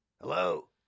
Hello